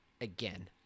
again